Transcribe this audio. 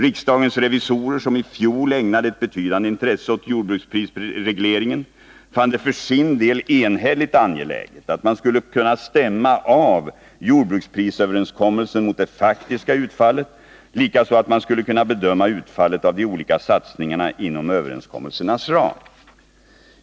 Riksdagens revisorer, som i fjol ägnat ett betydande intresse åt jordbruksprisregleringen, fann det för sin del enhälligt angeläget att man skulle kunna stämma av jordbruksprisöverenskommelserna mot det faktiska utfallet, likaså att man skulle kunna bedöma utfallet av de olika satsningarna inom överenskommelsernas ram.